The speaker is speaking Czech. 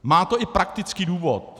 Má to i praktický důvod.